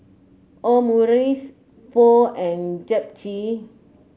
Omurice Pho and Japchae